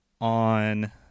on